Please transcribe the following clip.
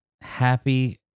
happy